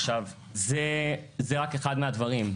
עכשיו, זה רק אחד מהדברים.